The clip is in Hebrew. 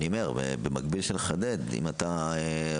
אני אומר, בשביל לחדד, אם אתה רושם,